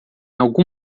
algum